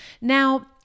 Now